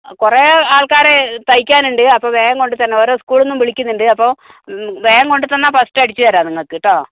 കുറെ ആൾക്കാരെ തയ്യിക്കാനുണ്ട് അപ്പോൾ വേഗം കൊണ്ട് തരണം ഓരോ സ്കൂളിൽ നിന്നും വിളിക്കുന്നുണ്ട് അപ്പോൾ വേഗം കൊണ്ട് തന്നാൽ ഫസ്റ്റ് അടിച്ച് തരാം നിങ്ങൾക്ക് കേട്ടോ